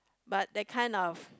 but that kinds of